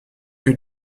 que